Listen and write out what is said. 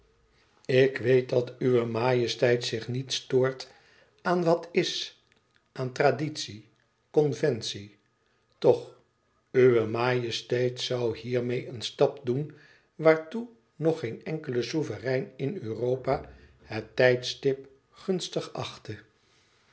ik weet dat uwe majesteit zich niet stoort aan wat is aan traditie conventie toch uwe majesteit zoû hiermeê een stap doen waartoe nog geen enkele souverein in europa het tijdstip gunstig achtte